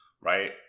right